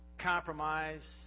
compromise